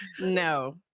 No